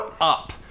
up